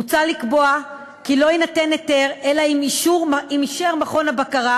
מוצע לקבוע כי לא יינתן היתר אלא אם אישר מכון הבקרה